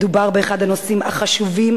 מדובר באחד הנושאים החשובים,